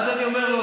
אז אני אומר לו: